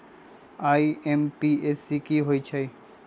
IMPS की होईछइ?